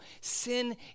sin